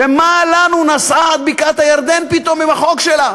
שמה לנו, פתאום נסעה עד בקעת-הירדן עם החוק שלה.